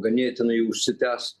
ganėtinai užsitęs